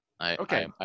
Okay